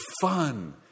fun